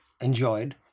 enjoyed